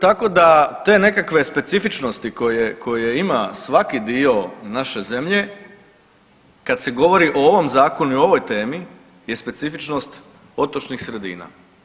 Tako da te nekakve specifičnosti koje ima svaki dio naše zemlje kad se govori o ovom zakonu i ovoj temi je specifičnost otočnih sredina.